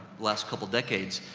last couple of decades,